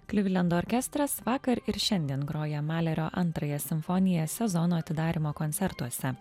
klivlendo orkestras vakar ir šiandien groja malerio antrąją simfoniją sezono atidarymo koncertuose